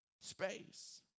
space